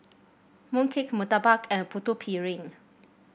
mooncake murtabak and Putu Piring